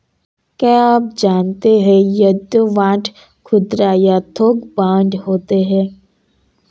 क्या आप जानते है युद्ध बांड खुदरा या थोक बांड होते है?